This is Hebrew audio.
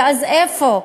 אז איפה?